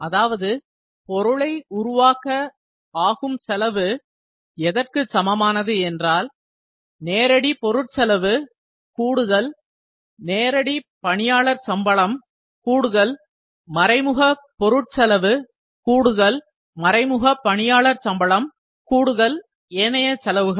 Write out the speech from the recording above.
அதாவது பொருளை உருவாக்க ஆகும் செலவு நேரடி பொருட்செலவு நேரடி பணியாளர் சம்பளம் மறைமுக பொருட்செலவு மறைமுக பணியாளர் சம்பளம் ஏனைய செலவுகள்